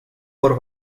por